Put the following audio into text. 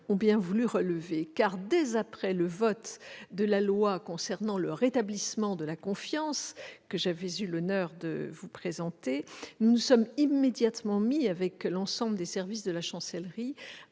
ont bien voulu relever. Dès l'adoption de la loi sur le rétablissement de la confiance, que j'avais eu l'honneur de vous présenter, nous nous sommes immédiatement mis, avec l'ensemble des services de la Chancellerie,